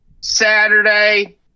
Saturday